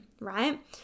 right